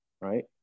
right